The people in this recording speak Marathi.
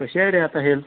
कशी आहे रे आता हेल्त